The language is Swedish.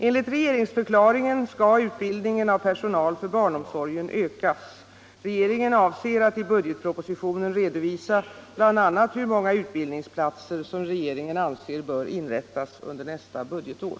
Enligt regeringsförklaringen skall utbildningen av personal för barnomsorgen ökas. Regeringen avser att i budgetpropositionen redovisa bl.a. hur många utbildningsplatser som regeringen anser bör inrättas under nästa budgetår.